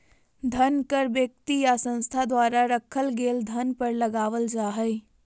धन कर व्यक्ति या संस्था द्वारा रखल गेल धन पर लगावल जा हइ